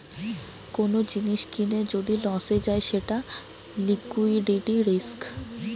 কোন জিনিস কিনে যদি লসে যায় সেটা লিকুইডিটি রিস্ক